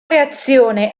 reazione